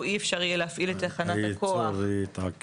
אי אפשר יהיה להפעיל את תחנת הכוח --- והייצור יתעכב.